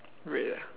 red a